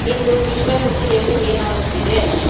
ಇಂದು ವಿಶ್ವ ಸುದ್ದಿಯಲ್ಲಿ ಏನಾಗುತ್ತಿದೆ